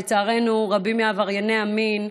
לצערנו, רבים מעברייני המין,